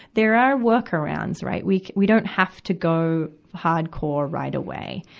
there are workarounds, right. we ca, we don't have to go hardcore right away.